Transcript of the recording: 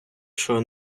чого